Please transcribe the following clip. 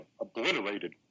obliterated